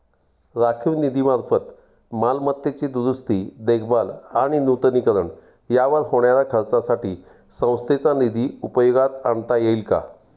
राखीव निधीमार्फत मालमत्तेची दुरुस्ती, देखभाल आणि नूतनीकरण यावर होणाऱ्या खर्चासाठी संस्थेचा निधी उपयोगात आणता येईल का?